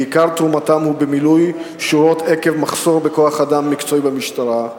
ועיקר תרומתם הוא במילוי שורות עקב מחסור בכוח-אדם מקצועי במשטרה.